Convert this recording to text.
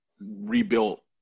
rebuilt